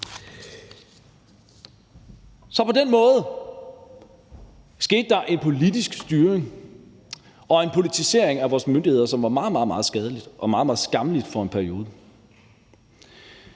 Så på den måde skete der en politisk styring og en politisering af vores myndigheder, som var meget, meget skadelig og meget, meget skammelig, for en periode.